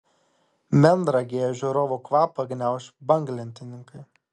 melnragėje žiūrovų kvapą gniauš banglentininkai